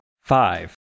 five